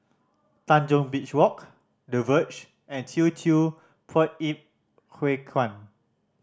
Tanjong Beach Walk The Verge and Teochew Poit Ip Huay Kuan